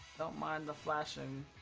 mime the flashing